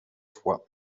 fois